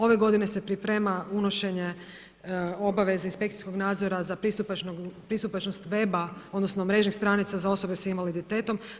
Ove godine se priprema unošenje obaveze inspekcijskog nadzora za pristupačnost weba odnosno mrežnih stranica za osobe s invaliditetom.